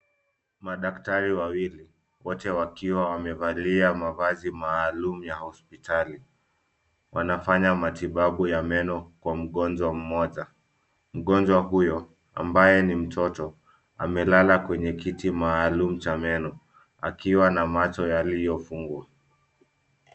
Madaktari wawili, wote wakiwa wamevalia mavazi maalum ya hospitali , wanafanya matibabu ya meno kwa mgonjwa mmoja . Mgonjwa huyo ambaye ni mtoto , amelala kwenye kiti maalum cha meno akiwa na macho yaliyofungwa.